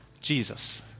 Jesus